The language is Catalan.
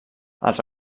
els